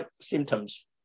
symptoms